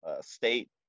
state